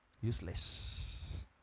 useless